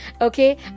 okay